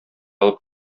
алып